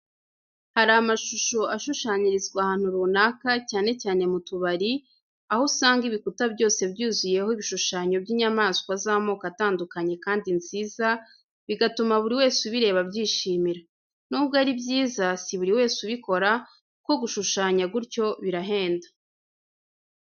Hari amashusho ashushanyirizwa ahantu runaka, cyane cyane mu tubari, aho usanga ibikuta byose byuzuyeho ibishushanyo by’inyamanswa z’amoko atandukanye kandi nziza, bigatuma buri wese ubireba abyishimira. Nubwo ari byiza, si buri wese ubikora, kuko gushushanya gutyo birahenda.